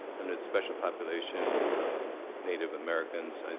under the special population native americans.